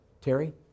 Terry